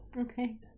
okay